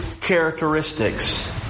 characteristics